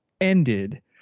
ended